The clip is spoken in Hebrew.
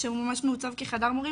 שהוא ממש מעוצב כחדר מורים,